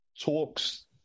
talks